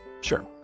Sure